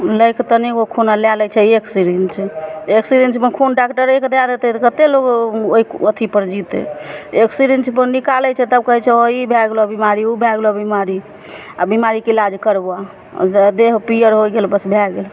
लैके तनी गो खून आ लए लै छै एक सीरिंज एक सीरिंजमे खून डाक्डरेके दए देतै तऽ कतेक लोग ओहि अथीपर जीतै एक सीरिंज निकालै छै तब कहै छै हँ ई भए गेलऽ बिमारी भए गेलऽ बिमारी आ बिमारीके इलाज करबऽ आ देह पीयर होइ गेल बस भए गेल